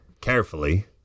carefully